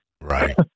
Right